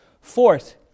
Fourth